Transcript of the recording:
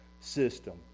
system